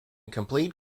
complete